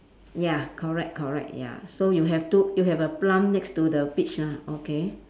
ya correct correct ya so you have two you have a plum next to the peach ah okay